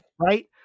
Right